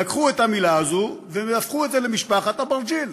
לקחו את המילה הזו והפכו את זה למשפחת אברג'יל.